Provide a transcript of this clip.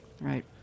Right